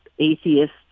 atheists